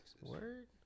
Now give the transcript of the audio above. Word